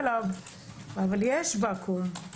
אבל יש ואקום,